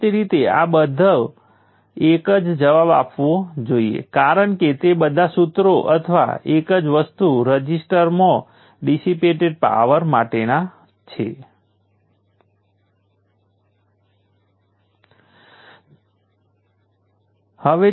તેઓ power deliver કરતા કેટલાક સોર્સો હશે જ્યાં કેટલાક અન્ય એલિમેન્ટ્સ પાવરને શોષી લેશે પરંતુ નેટ 0 હશે